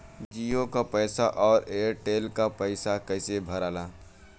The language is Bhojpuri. जीओ का पैसा और एयर तेलका पैसा कैसे भराला?